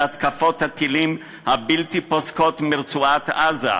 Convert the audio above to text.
והתקפות הטילים הבלתי-פוסקות מרצועת-עזה,